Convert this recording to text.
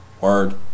word